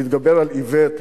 להתגבר על איווט,